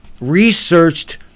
researched